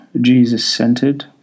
Jesus-centered